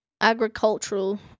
agricultural